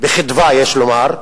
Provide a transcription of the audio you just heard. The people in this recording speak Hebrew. בחדווה יש לומר,